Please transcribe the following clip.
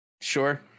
sure